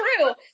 true